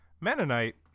Mennonite